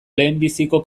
lehenbiziko